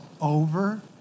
over